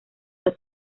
que